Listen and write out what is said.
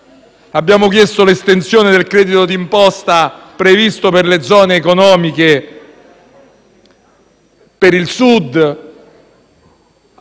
abbiamo chiesto l'estensione del credito d'imposta previsto per alcune zone economiche, per il Sud,